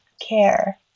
care